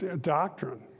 doctrine